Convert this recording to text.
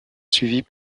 suivis